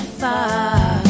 far